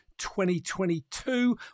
2022